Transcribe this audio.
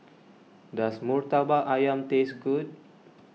does Murtabak Ayam taste good